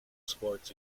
sports